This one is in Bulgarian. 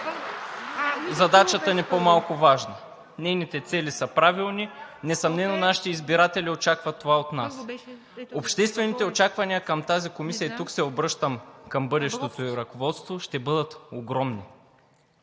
задачата ни по-малко важна. Нейните цели са правилни. Несъмнено нашите избиратели очакват това от нас. Обществените очаквания към тази комисия, тук се обръщам към бъдещото ѝ ръководство, ще бъдат огромни.